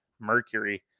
Mercury